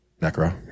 Necro